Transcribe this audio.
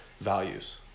values